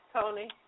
Tony